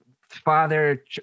father